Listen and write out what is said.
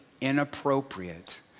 inappropriate